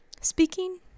speaking